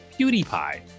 PewDiePie